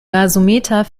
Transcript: gasometer